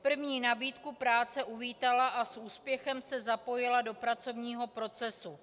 První nabídku práce uvítala a s úspěchem se zapojila do pracovního procesu.